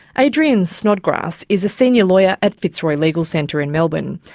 adrian snodgrass is a senior lawyer at fitzroy legal centre in melbourne.